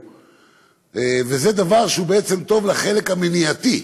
וזה דבר שהוא טוב לחלק המניעתי,